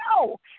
no